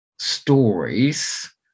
stories